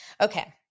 Okay